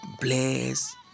bless